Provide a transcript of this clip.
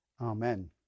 Amen